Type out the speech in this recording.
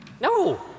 No